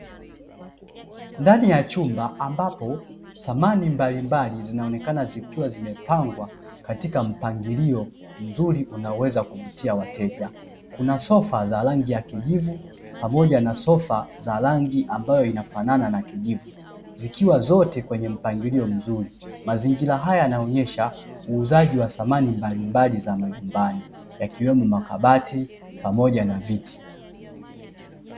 Ndani ya chumba ambapo samani mbalimbali zinaonekana zikiwa zimepangwa katika mpangilio mzuri unaoweza kuvutia wateja kuna sofa za rangi ya kijivu pamoja na sofa za rangi ambayo inafanana na kijivu, zikiwa zote kwenye mpangilio mzuri. Mazingira haya yanaonesha uuzaji wa samani mbalimbali za majumbani yakiwemo makabati pamoja na viti.